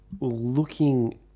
looking